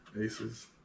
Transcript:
Aces